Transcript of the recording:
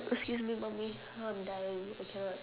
excuse me Mommy I'm dying I cannot